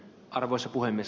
arvoisa puhemies